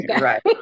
right